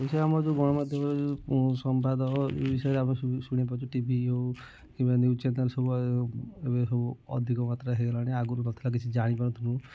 ଏଇ ଯେଉଁ ଆମର ଯେଉଁ ଗଣମାଧ୍ୟମରେ ଯେଉଁ ସମ୍ବାଦ ଏଇ ବିଷୟରେ ଆମେ ସବୁ ଶୁଣିପାରୁଛୁ ଟିଭି ହଉ କିମ୍ବା ନ୍ୟୁଜ୍ ଚ୍ୟାନେଲ୍ ସବୁ ଏବେ ସବୁ ଅଧିକ ମାତ୍ରାରେ ହୋଇଗଲାଣି ଆଗରୁ ନଥିଲା କିଛି ଜାଣି ପାରୁଥୁଲୁନୁ